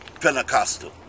Pentecostal